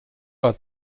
war